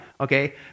okay